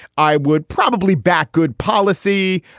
i would probably back good policy.